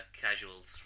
casuals